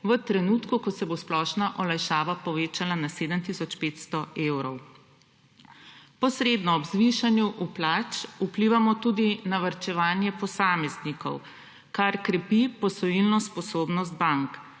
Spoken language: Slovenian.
v trenutku, ko se bo splošna olajšava povečala na 7 tisoč 500 evrov. Posredno ob zvišanju plač vplivamo tudi na varčevanje posameznikov, kar krepi posojilno sposobnost bank,